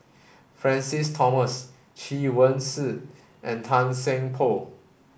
Francis Thomas Chen Wen Hsi and Tan Seng Poh